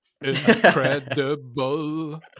Incredible